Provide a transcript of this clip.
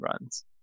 runs